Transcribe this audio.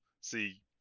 see